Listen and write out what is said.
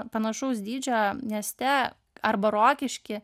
panašaus dydžio mieste arba rokišky